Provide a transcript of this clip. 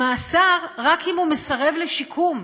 למאסר, רק אם הוא מסרב לשיקום.